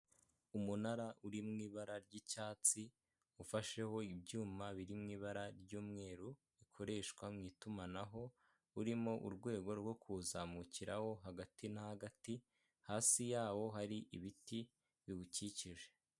Umunara uri mu ibara ry'icyatsi, ufasheho ibyuma biri mu ibara ry'umweru. Ukoreshwa mu itumanaho, urimo urwego rwo kuzamukiraho hagati na hagati, hasi yaho hari ibiti biwukikije.